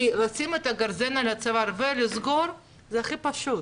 כי לשים את הגרזן על הצוואר ולסגור זה הכי פשוט,